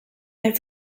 nahi